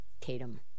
Tatum